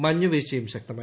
മഞ്ഞുവീഴ്ചയും ശക്തമായി